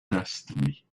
destiny